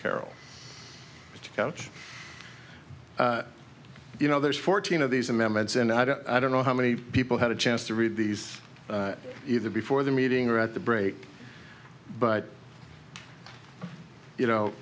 carroll couch you know there's fourteen of these amendments and i don't know how many people had a chance to read these either before the meeting or at the break but you know